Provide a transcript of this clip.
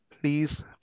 please